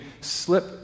slip